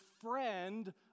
friend